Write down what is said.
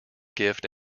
gift